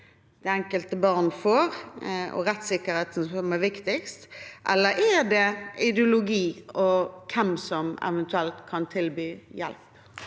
det enkelte barn får, som er viktigst. Eller er det ideologi og hvem som eventuelt kan tilby hjelp?